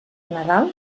nadal